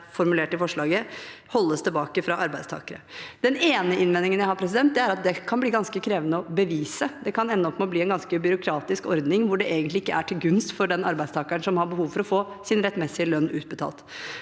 formulert i forslaget, holdes tilbake fra arbeidstakere. Den ene innvendingen jeg har, er at det kan bli ganske krevende å bevise. Det kan ende opp med å bli en ganske byråkratisk ordning, hvor det egentlig ikke er til gunst for den arbeidstakeren som har behov for å få sin rettmessige lønn utbetalt.